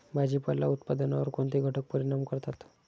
भाजीपाला उत्पादनावर कोणते घटक परिणाम करतात?